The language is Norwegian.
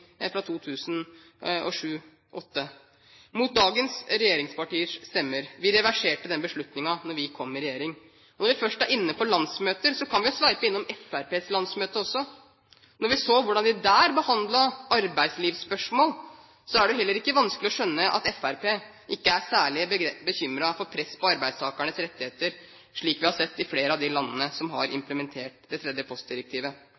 fra 2007, mot dagens regjeringspartiers stemmer. Vi reverserte den beslutningen da vi kom i regjering. Når vi først er inne på landsmøter, kan vi jo også sveipe innom Fremskrittspartiets landsmøte. Når vi så hvordan de der behandlet arbeidslivsspørsmål, er det ikke vanskelig å skjønne at Fremskrittspartiet ikke er særlig bekymret for press på arbeidstakernes rettigheter, slik vi har sett i flere av de landene som har implementert det tredje postdirektivet.